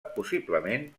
possiblement